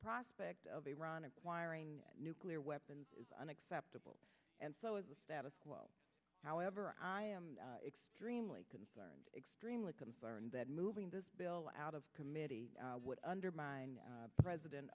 prospect of iran acquiring nuclear weapons is unacceptable and so is the status quo however i am extremely concerned extremely concerned that moving this bill out of committee would undermine president